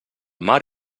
mar